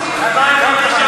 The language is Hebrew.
והגירושין (רישום) (עבירה על סידור נישואין וגירושין),